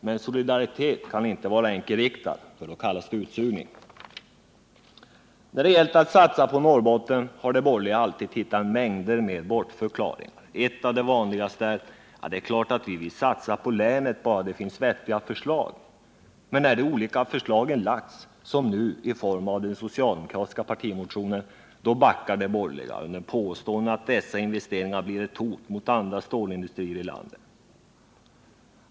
Men solidaritet kan inte vara enkelriktad — då kallas det utsugning. När det gällt att satsa på Norrbotten har de borgerliga alltid hittat mängder med bortförklaringar. En av de vanligaste är att ”det är klart att vi vill satsa på länet bara det finns vettiga förslag”. Men när de olika förslagen har lagts, som nu i form av den socialdemokratiska partimotionen, backar de borgerliga under påståenden att dessa investeringar blir ett hot mot andra stålindustrier i landet.